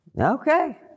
okay